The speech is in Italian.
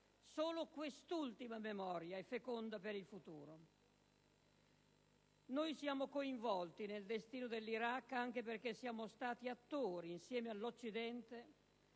Solo quest'ultima memoria è feconda per il futuro. Noi siamo coinvolti nel destino dell'Iraq anche perché siamo stati attori, assieme all'Occidente,